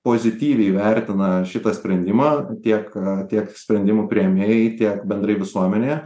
pozityviai vertina šitą sprendimą tiek tiek sprendimų priėmėjai tiek bendrai visuomenėje